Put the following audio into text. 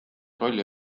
rolli